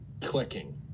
clicking